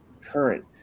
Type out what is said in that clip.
current